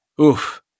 oof